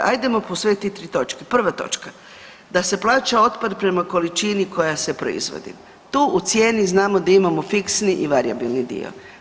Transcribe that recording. Ajdemo posvetit tri točke, prva točka da se plaća otpad prema količini koja se proizvodi, tu u cijeni znamo da imamo fiksni i varijabilni dio.